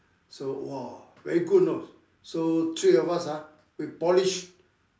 so !wah! very good you know so three of us ah we polish